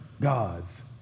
gods